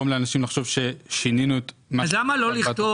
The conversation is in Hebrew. לאנשים לחשוב ששינינו את מה --- אז למה לא לכתוב